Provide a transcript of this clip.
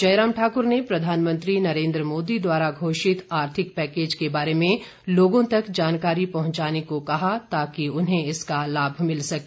जयराम ठाक्र ने प्रधानमंत्री नरेन्द्र मोदी द्वारा घोषित आर्थिक पैकेज के बारे में लोगों तक जानकारी पहुंचाने को कहा ताकि उन्हें इसका लाभ मिल सके